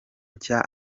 nshya